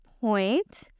point